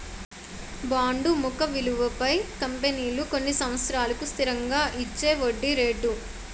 bond ముఖ విలువపై కంపెనీలు కొన్ని సంవత్సరాలకు స్థిరంగా ఇచ్చేవడ్డీ రేటు